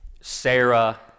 Sarah